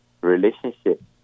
relationship